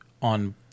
on